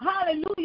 Hallelujah